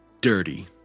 Dirty